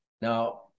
now